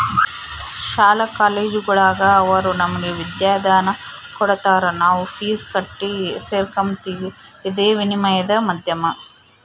ಶಾಲಾ ಕಾಲೇಜುಗುಳಾಗ ಅವರು ನಮಗೆ ವಿದ್ಯಾದಾನ ಕೊಡತಾರ ನಾವು ಫೀಸ್ ಕಟ್ಟಿ ಸೇರಕಂಬ್ತೀವಿ ಇದೇ ವಿನಿಮಯದ ಮಾಧ್ಯಮ